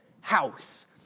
house